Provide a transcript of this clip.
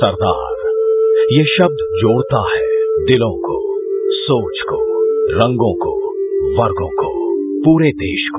सरदार ये शब्द जोड़ता है दिलों को सोच को रंगों को वर्गों को पूरे देश को